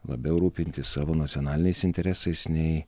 labiau rūpintis savo nacionaliniais interesais nei